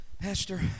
Pastor